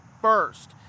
first